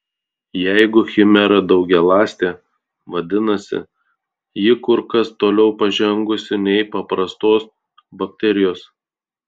jeigu chimera daugialąstė vadinasi ji kur kas toliau pažengusi nei paprastos bakterijos